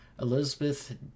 elizabeth